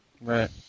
Right